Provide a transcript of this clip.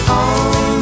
on